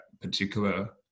particular